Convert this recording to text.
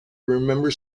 remember